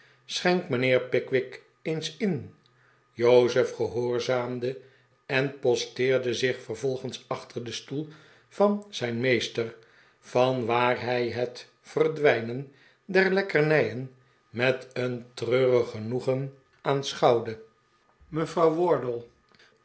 schenk mijnheer pickwick eens in jozef gehoorzaamde en posteerde zich vervolgens achter den stoel van zijn meester van waar hij het verdwijnen der lekkernijen met een treurig genoegen aanschouwde mevrouw